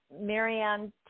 Marianne